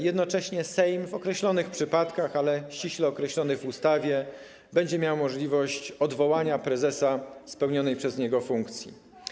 Jednocześnie Sejm w określonych przypadkach - w ściśle określonych w ustawie - będzie miał możliwość odwołania prezesa z pełnionej przez niego funkcji.